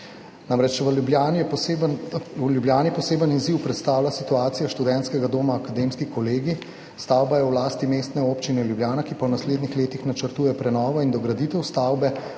Namreč, v Ljubljani poseben izziv predstavlja situacija študentskega doma Akademski kolegij. Stavba je v lasti Mestne občine Ljubljana, ki v naslednjih letih načrtuje prenovo in dograditev stavbe,